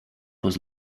was